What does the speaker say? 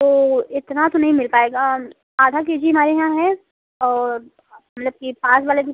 तो इतना तो नही मिल पाएगा आधा के जी हमारे यहाँ है और मतलब कि वाले दिन